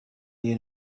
you